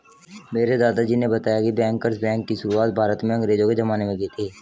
मेरे दादाजी ने बताया की बैंकर्स बैंक की शुरुआत भारत में अंग्रेज़ो के ज़माने में की थी